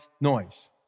noise